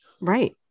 Right